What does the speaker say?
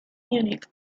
munich